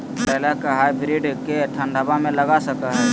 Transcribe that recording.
करेला के हाइब्रिड के ठंडवा मे लगा सकय हैय?